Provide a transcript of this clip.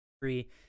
three